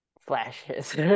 flashes